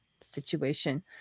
situation